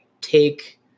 take